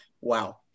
wow